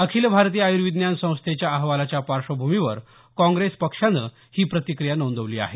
अखिल भारतीय आयुर्विज्ञान संस्थेच्या अहवालाच्या पार्श्वभूमीवर काँग्रेस पक्षानं ही प्रतिक्रिया नोंदवली आहे